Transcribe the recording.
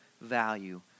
value